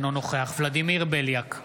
אינו נוכח ולדימיר בליאק,